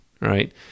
Right